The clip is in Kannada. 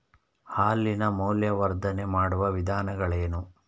ಹಾಲಿನ ಮೌಲ್ಯವರ್ಧನೆ ಮಾಡುವ ವಿಧಾನಗಳೇನು?